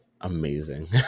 amazing